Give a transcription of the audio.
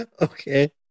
Okay